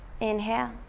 Inhale